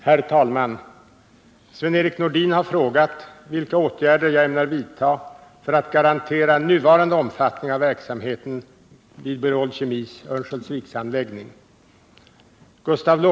Herr talman! Sven-Erik Nordin har frågat vilka åtgärder jag ämnar vidta för att garantera nuvarande omfattning av verksamheten vid Berol Kemis Örnsköldsviksanläggning.